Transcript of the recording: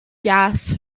gas